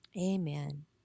Amen